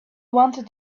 wanted